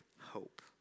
hope